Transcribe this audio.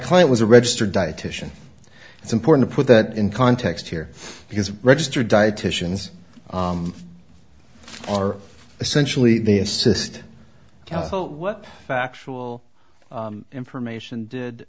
client was a registered dietitian it's important to put that in context here because registered dietitians are essentially the assist what factual information did